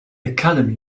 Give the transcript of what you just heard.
academy